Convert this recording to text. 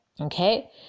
okay